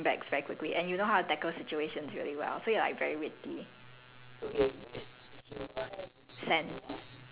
like you you very savage like you you can you can come up with like comebacks very quickly and you know how to tackle situations really well so you're like very witty